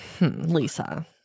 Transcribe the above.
Lisa